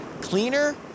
cleaner